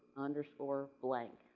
underscore, blank.